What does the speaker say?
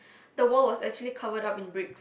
the wall was actually covered up in brick